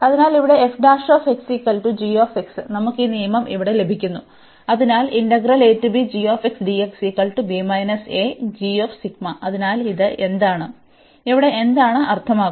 അതിനാൽ ഇവിടെ നമുക്ക് ഈ നിയമം ഇവിടെ ലഭിക്കുന്നു അതിനാൽ അതിനാൽ ഇത് എന്താണ് ഇവിടെ എന്താണ് അർത്ഥമാക്കുന്നത്